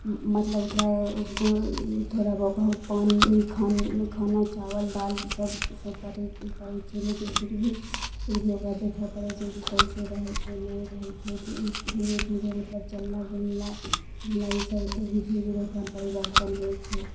मतलब ओकरा कोइ थोड़ा बहुत पानि खान खाना चाबल दालि इसब इसब पड़ै पड़ै छै लेकिन फिर भी ओकरा देखए पड़ै छै की कैसे रहै छै नहि रहै छै इस इसलिये भी मतलब चलनाइ बुलनाइ नहि छै इसी बजहसे परिवार चलबै छियै